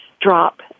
drop